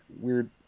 weird